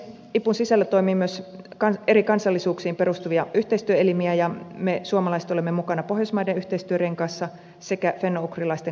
ipun sisällä toimii myös eri kansallisuuksiin perustuvia yhteistyöelimiä ja me suomalaiset olemme mukana pohjoismaiden yhteistyörenkaassa sekä fennougrilaisten kansanedustajien ryhmässä